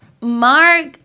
Mark